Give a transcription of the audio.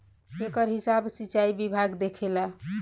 एकर हिसाब सिचाई विभाग देखेला